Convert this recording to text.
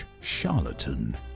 charlatan